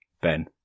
Ben